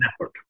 effort